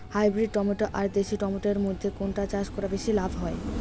Hybrid tomato আর দেশি tomato এর মইধ্যে কোনটা চাষ করা বেশি লাভ হয়?